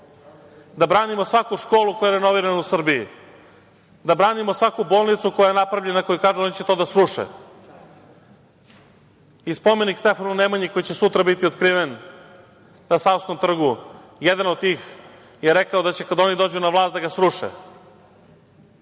da branimo svaku školu koja je renovirana u Srbiji, da branimo svaku bolnicu koja je napravljena, koji kažu - oni će to da sruše. Spomenik Stefanu Nemanji koji će sutra biti otkriven na Savskom trgu. jedan od tih je rekao kad oni dođu na vlast da ga sruše.